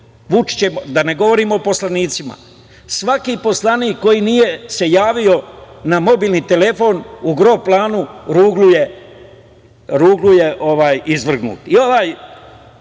da ne govorim o poslanicima. Svaki poslanik koji se nije javio na mobilni telefon u gro planu, ruglu je izvrgnut.I